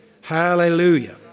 Hallelujah